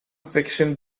fiction